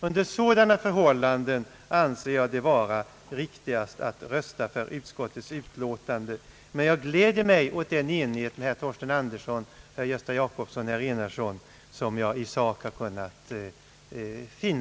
Under sådana förhållanden anser jag det vara mest riktigt att rösta för utskottet. Jag gläder mig dock åt den enighet i sak som jag har kunnat finna med herrar Torsten Andersson, Gösta Jacobsson och Enarsson.